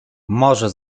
może